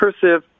cursive